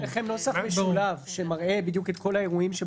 יש בפניכם נוסח משולב שמראה בדיוק את כל האירועים.